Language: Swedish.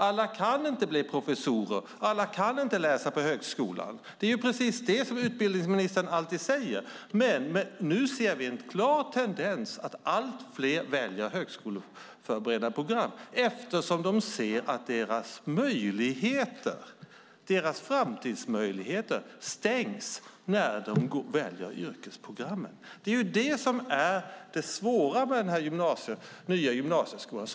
Alla kan inte bli professorer. Alla kan inte läsa på högskolan. Det är precis det som utbildningsministern alltid säger. Nu ser vi en klar tendens att allt fler väljer högskoleförberedande program eftersom de ser att deras framtidsmöjligheter stängs när de går yrkesprogrammen. Det är det svåra med den nya gymnasieskolan.